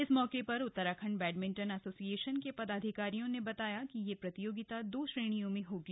इस मौके पर उत्तराखण्ड बैडमिंटन एसोसिएशन के पदाधिकारियों ने बताया कि यह प्रतियोगिता दो श्रेणियों में होगी